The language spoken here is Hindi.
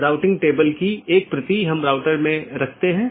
इसका मतलब है BGP कनेक्शन के लिए सभी संसाधनों को पुनःआवंटन किया जाता है